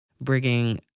bringing